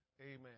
Amen